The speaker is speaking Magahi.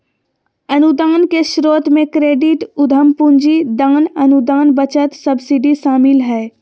अनुदान के स्रोत मे क्रेडिट, उधम पूंजी, दान, अनुदान, बचत, सब्सिडी शामिल हय